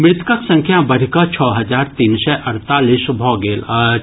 मृतकक संख्या बढ़ि कऽ छओ हजार तीन सय अड़तालीस भऽ गेल अछि